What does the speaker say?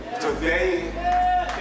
today